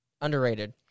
Underrated